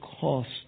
cost